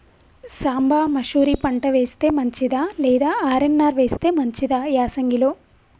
సాంబ మషూరి పంట వేస్తే మంచిదా లేదా ఆర్.ఎన్.ఆర్ వేస్తే మంచిదా యాసంగి లో?